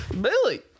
Billy